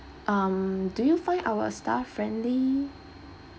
um do you find our staff friendly